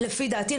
לפי דעתי,